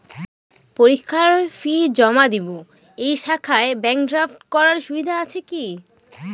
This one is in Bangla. পরীক্ষার ফি জমা দিব এই শাখায় ব্যাংক ড্রাফট করার সুবিধা আছে কি?